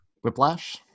Whiplash